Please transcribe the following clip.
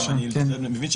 קודם כול, ביחס